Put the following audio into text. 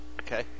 Okay